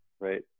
Right